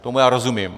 Tomu já rozumím.